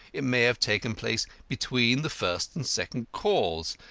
it may have taken place between the first and second calls,